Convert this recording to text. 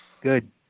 Good